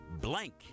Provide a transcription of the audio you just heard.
blank